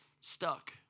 stuck